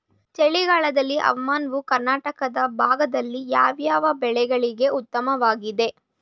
ಚಳಿಗಾಲದ ಹವಾಮಾನವು ಕರ್ನಾಟಕದ ಭಾಗದಲ್ಲಿ ಯಾವ್ಯಾವ ಬೆಳೆಗಳಿಗೆ ಉತ್ತಮವಾಗಿದೆ?